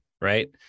Right